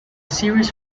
series